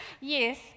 Yes